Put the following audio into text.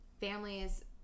families